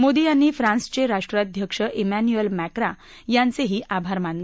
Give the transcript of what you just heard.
मोदी यांनी फ्रान्सचे राष्ट्राध्यक्ष मॅन्यूअल मॅक्रा यांचेही आभार मानले